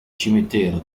cimitero